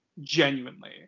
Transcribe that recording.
genuinely